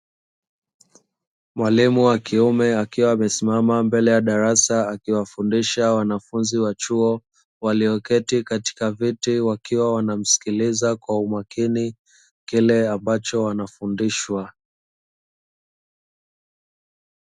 Mwalimu wa kiume akiwa amesimama mbele ya darasa akiwafundisha wanafunzi wa chuo, walioketi katika viti wakiwa wanamsikiliza kwa umakini, kile ambacho wanafundishwa.